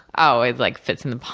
oh, it like fits in the